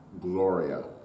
Gloria